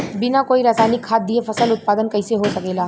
बिना कोई रसायनिक खाद दिए फसल उत्पादन कइसे हो सकेला?